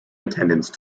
attendance